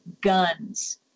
guns